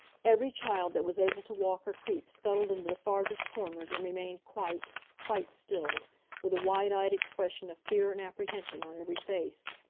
every child that was able to walk or creep scuttled into the farthest corners and remained quite, quite still with a wide-eyed expression of fear and apprehension on every face.